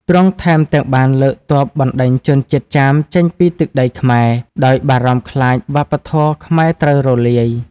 ទ្រង់ថែមទាំងបានលើកទ័ពបណ្ដេញជនជាតិចាមចេញពីទឹកដីខ្មែរ ដោយបារម្ភខ្លាចវប្បធម៌ខ្មែរត្រូវរលាយ។